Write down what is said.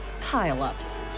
pile-ups